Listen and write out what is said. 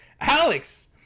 alex